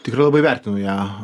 tikrai labai vertinu ją